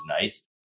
nice